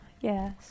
Yes